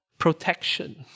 Protection